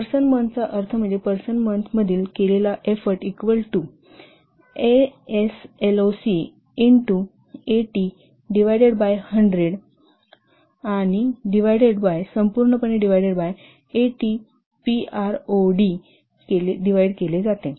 person मंथचा अर्थ म्हणजे पर्सन मंथ मधील केलेला एफोर्ट इक्वल टू एएसएलओके जे स्टार एटी डिव्हायडेड बाय 100 आणि संपूर्णपणे एटीपीआरओडीने डिव्हायडेड केले जाते